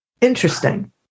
Interesting